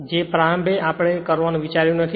જે આપણે પ્રારંભ કરવાનું વિચાર્યું નથી